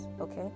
okay